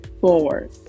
forward